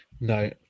No